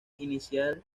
inicial